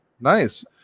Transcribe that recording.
Nice